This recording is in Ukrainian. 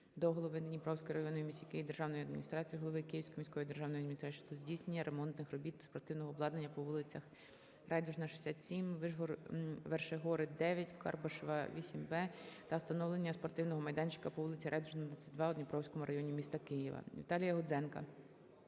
до голови Дніпровської районної в місті Києві державної адміністрації, голови Київської міської державної адміністрації щодо здійснення ремонтних робіт спортивного обладнання по вулицям Райдужна 67, Вершигори, 9, Карбишева, 8Б та встановлення спортивного майданчика по вулиці Райдужна, 22 у Дніпровському районі міста Києва. Віталія Гудзенка